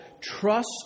trust